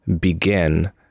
begin